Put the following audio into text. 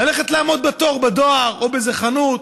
ללכת לעמוד בתור בדואר או באיזו חנות,